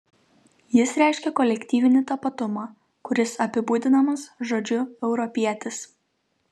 jis reiškia kolektyvinį tapatumą kuris apibūdinamas žodžiu europietis